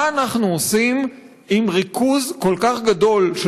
מה אנחנו עושים עם ריכוז כל כך גדול של